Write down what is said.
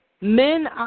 Men